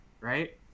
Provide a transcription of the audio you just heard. right